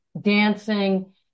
dancing